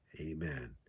Amen